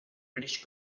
british